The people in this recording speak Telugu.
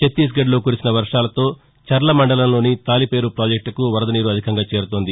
ఛత్తీస్ ఘడ్లో కురిసిన వర్వాలతో చర్ల మండలంలోని తాలిపేరు పాజెక్లుకు వరద నీరు అధికంగా చేరుతోంది